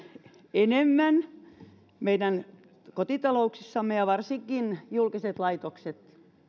enemmän meidän kotitalouksissamme ja varsinkin julkisissa laitoksissa